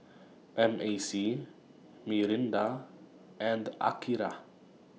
M A C Mirinda and Akira